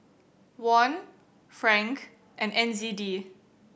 Won Franc and N Z D